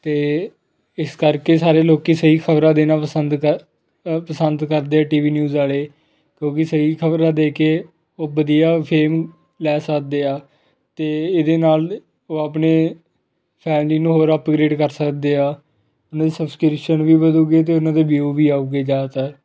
ਅਤੇ ਇਸ ਕਰਕੇ ਸਾਰੇ ਲੋਕ ਸਹੀ ਖਬਰਾਂ ਦੇਣਾ ਪਸੰਦ ਕਰ ਅ ਪਸੰਦ ਕਰਦੇ ਆ ਟੀ ਵੀ ਨਿਊਜ਼ ਵਾਲੇ ਕਿਉਂਕਿ ਸਹੀ ਖਬਰਾਂ ਦੇ ਕੇ ਉਹ ਵਧੀਆ ਫੇਮ ਲੈ ਸਕਦੇ ਆ ਅਤੇ ਇਹਦੇ ਨਾਲ ਉਹ ਆਪਣੇ ਫੈਮਲੀ ਨੂੰ ਹੋਰ ਅਪਗਰੇਡ ਕਰ ਸਕਦੇ ਆ ਉਹਨਾਂ ਦੀ ਸਬਸਕ੍ਰਿਪਸ਼ਨ ਵੀ ਵਧੇਗੀ ਅਤੇ ਉਹਨਾਂ ਦੇ ਵਿਊ ਵੀ ਆਉਗੇ ਜ਼ਿਆਦਾਤਰ